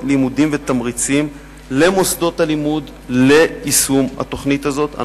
לימודים ותמריצים למוסדות הלימוד ליישום התוכנית הזאת.